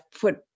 put